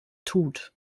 tut